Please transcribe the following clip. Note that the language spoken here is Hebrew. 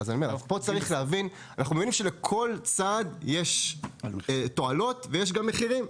אנחנו יודעים שלכל צעד יש תועלות ויש גם מחירים.